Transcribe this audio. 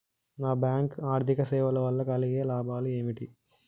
Non bank ఆర్థిక సేవల వల్ల కలిగే లాభాలు ఏమిటి?